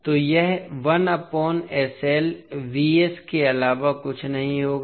तो यह के अलावा कुछ नहीं होगा